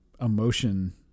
emotion